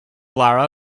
lara